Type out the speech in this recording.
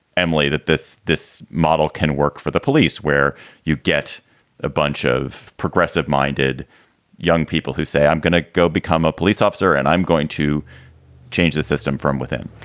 emily, that this this model can work for the police where you get a bunch of progressive minded young people who say, i'm going to go become a police officer and i'm going to change the system from within?